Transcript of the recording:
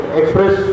express